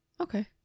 Okay